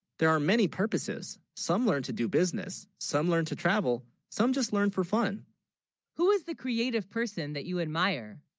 there are many purposes, some learn to do business some learn to travel, some just learned for fun who, is the creative person that you admire